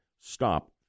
Stop